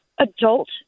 adult